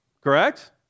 correct